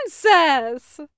Princess